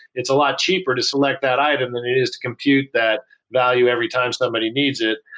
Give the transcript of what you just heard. it's a lot cheaper to select that item than it is to compute that value every time somebody needs it,